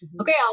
okay